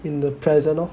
in the present orh